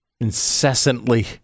incessantly